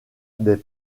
des